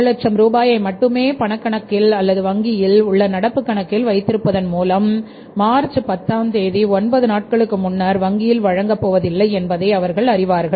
100000 ரூபாயை மட்டுமே பணக் கணக்கில் அல்லது வங்கியில் உள்ள நடப்புக் கணக்கில் வைத்திருப்பதன் மூலம் மார்ச் 10 ஆம் தேதி 9 நாட்களுக்கு முன்னர் வங்கியில் வழங்கப் போவதில்லை என்பதை அவர்கள் அறிவார்கள்